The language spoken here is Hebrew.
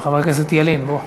חבר הכנסת ילין, בוא.